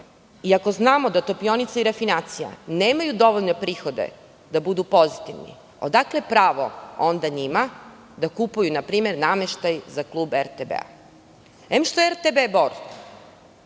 iako znamo da Topionica i refinacija nemaju dovoljne prihode da budu pozitivni, odakle pravo onda njima da kupuju, npr. nameštaj za klub RTB? Em, što je RTB Bor